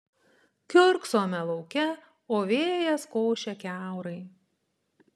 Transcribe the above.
kiurksome lauke o vėjas košia kiaurai